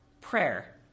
prayer